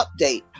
update